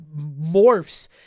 morphs